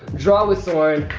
draw with sorn.